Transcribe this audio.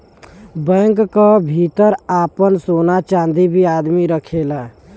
bank क भितर आपन सोना चांदी भी आदमी रखेला